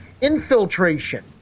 infiltration